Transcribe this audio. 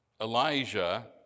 Elijah